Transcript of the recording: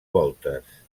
voltes